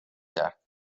کرد